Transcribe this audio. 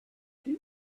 did